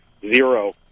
Zero